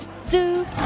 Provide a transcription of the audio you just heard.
Zoo